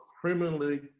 criminally